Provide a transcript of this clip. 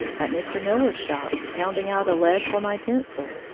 at mr. miller's shop, pounding out a lead for my pencil.